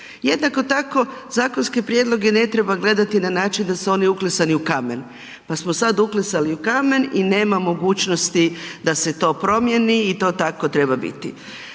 Jednako tako, zakonske prijedloge ne treba gledati na način da su oni uklesani u kamen pa smo sad uklesali u kamen i nema mogućnosti da se to promjeni i to tako treba biti.